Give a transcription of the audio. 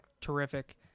terrific